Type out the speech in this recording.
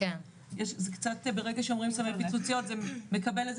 זה קצת ברגע שאומרים סמי פיצוציות זה מקבל איזה